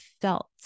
felt